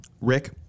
Rick